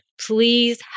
please